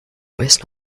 waste